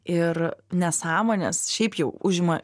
ir nesąmonės šiaip jau užima